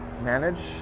manage